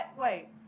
Wait